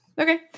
Okay